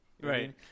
Right